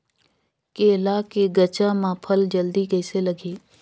केला के गचा मां फल जल्दी कइसे लगही?